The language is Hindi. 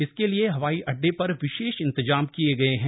इसके लिए हवाई अड्डे पर विशेष इंतजाम किये गए हैं